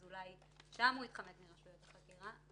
ואולי שם הוא התחמק מרשויות החקירה,